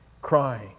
crying